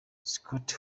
scott